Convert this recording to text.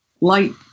light